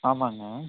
ஆமாங்க